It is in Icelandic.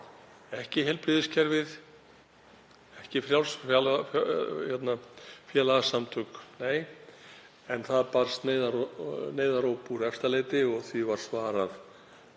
Ekki heilbrigðiskerfið, ekki frjáls félagasamtök — nei, en það barst neyðaróp úr Efstaleiti og því var svarað